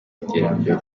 iterambere